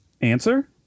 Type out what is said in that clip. Answer